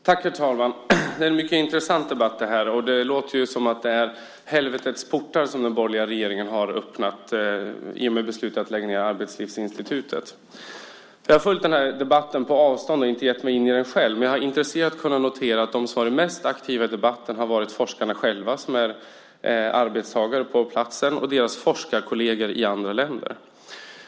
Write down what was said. Herr talman! Det är en mycket intressant debatt. Det låter som om det är helvetets portar som den borgerliga regeringen har öppnat i och med beslutet att lägga ned Arbetslivsinstitutet. Jag har följt debatten på avstånd och inte gett mig in i den själv. Men jag har intresserat kunnat notera att de som har varit mest aktiva i debatten har varit forskarna själva, som är arbetstagare på platsen, och deras forskarkolleger i andra länder.